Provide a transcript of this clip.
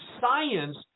science